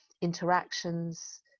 interactions